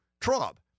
Trump